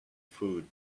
food